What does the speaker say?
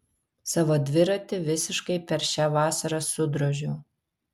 savo dviratį visiškai per šią vasarą sudrožiau